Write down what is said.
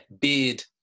beard